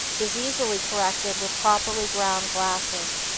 is easily corrected with properly ground glasses.